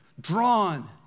drawn